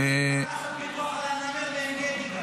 יסמין, אפשר לעשות ביטוח גם על הנמר בעין גדי.